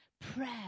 Prayer